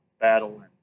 battle